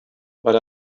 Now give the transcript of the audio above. but